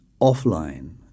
offline